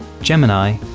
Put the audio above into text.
Gemini